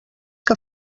que